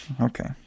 Okay